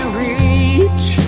reach